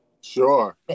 Sure